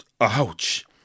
Ouch